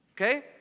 Okay